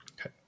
okay